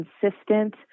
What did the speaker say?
consistent